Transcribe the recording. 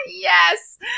Yes